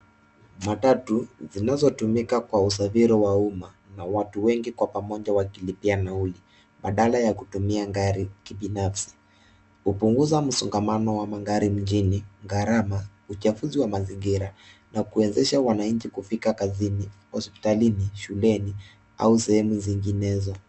Matatu zinazotumika kwa usafiri wa umma na watu wengi kwa pamoja wakilipia nauli badala ya kutumia gari kibinafsi. Hupunguza msongamano wa magari mjini, gharama, uchafuzi wa mazingira na kuwezesha wananchi kufika kazini, hospitalini, shuleni au sehemu zinginezo.